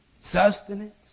Sustenance